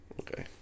okay